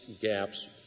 gaps